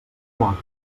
moguis